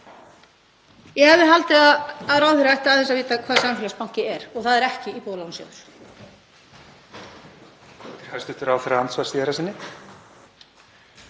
Ég hefði haldið að ráðherra ætti aðeins að vita hvað samfélagsbanki er og það er ekki Íbúðalánasjóður.